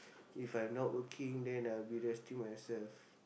if I'm not working then I will be resting myself